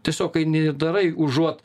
tiesiog eini darai užuot